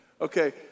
Okay